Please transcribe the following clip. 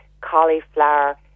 cauliflower